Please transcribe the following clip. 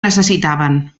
necessitaven